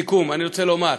לסיכום, אני רוצה לומר,